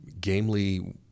gamely